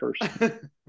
person